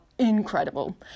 incredible